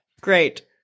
great